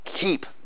keep